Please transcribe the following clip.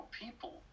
people